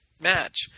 match